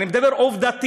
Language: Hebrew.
אני מדבר עובדתית.